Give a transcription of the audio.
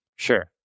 Sure